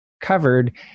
covered